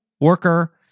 worker